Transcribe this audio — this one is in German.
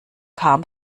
kam